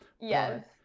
Yes